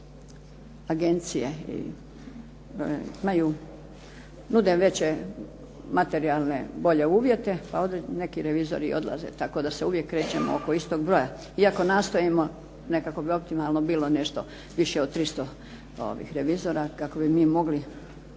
agencije imaju, nude veće materijalne bolje uvjete, pa neki revizori odlaze. Tako da se uvijek krećemo oko istog broja. Iako nastojimo, nekako bi optimalno bilo nešto više od 300 revizora kako bi mi mogli